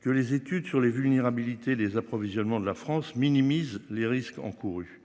que les études sur les vulnérabilités les approvisionnements de la France minimise les risques encourus.